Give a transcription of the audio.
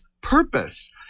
purpose